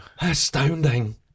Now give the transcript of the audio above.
Astounding